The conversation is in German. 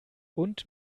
und